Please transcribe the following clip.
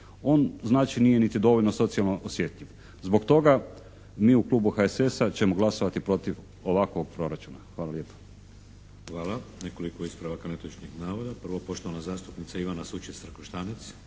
On znači nije niti dovoljno socijalno osjetljiv. Zbog toga mi u Klubu HSS-a ćemo glasovati protiv ovakvog proračuna. Hvala lijepa. **Šeks, Vladimir (HDZ)** Hvala. Nekoliko ispravaka netočnih navoda. Prvo, poštovana zastupnica Ivana Sučec-Trakoštanec.